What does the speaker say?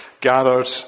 gathered